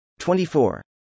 24